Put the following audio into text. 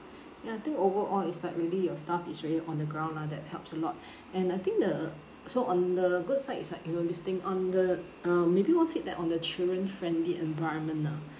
ya I think overall is like really your staff is really on the ground lah that helps a lot and I think the so on the good side it's like we were visiting on the um maybe one feedback on the children friendly environment ah